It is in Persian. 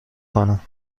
کنم